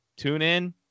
TuneIn